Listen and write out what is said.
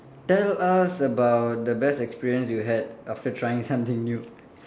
tell us about the best experience you had after trying something new